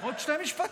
עוד שני משפטים.